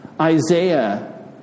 Isaiah